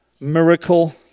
miracle